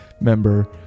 member